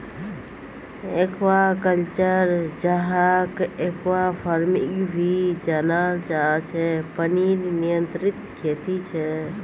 aquaculture, जहाक aquafarming भी जनाल जा छे पनीर नियंत्रित खेती छे